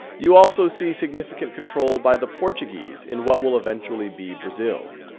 you also see significant control by the portuguese in what will eventually be brazil.